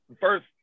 first